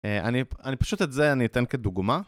אני פשוט את זה אני אתן כדוגמה